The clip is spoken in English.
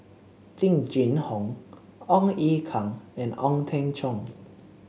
Jing Jun Hong Ong Ye Kung and Ong Teng Cheong